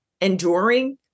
enduring